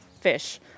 fish